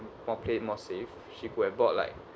or played more safe she could have bought like